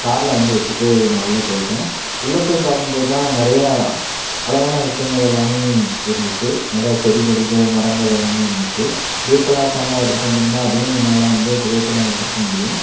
கார்ல வந்து வச்சிட்டு நான் உள்ள போய்ட்டேன் உள்ள போய் பார்க்கும்போதுதான் நிறையா அழகான விஷயங்கள் எல்லாமே இருந்துச்சு நிறையா செடி கொடிகள் மரங்கள் எல்லாமே இருந்துச்சு டிஎஸ்எல்ஆர் கேமரா எடுத்துட்டு வந்திருந்தா அதையும் என்னால் வந்து புகைப்படம் எடுத்துருக்க முடியும்